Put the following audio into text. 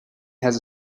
has